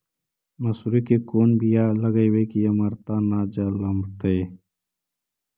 मसुरी के कोन बियाह लगइबै की अमरता न जलमतइ?